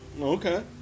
Okay